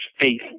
faith